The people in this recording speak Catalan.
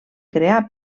crear